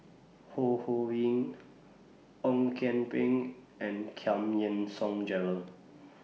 Ho Ho Ying Ong Kian Peng and Giam Yean Song Gerald